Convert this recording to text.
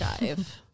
dive